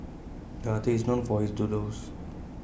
the artist is known for his doodles